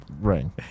ring